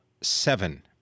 seven